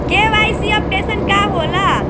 KYC updation का होला?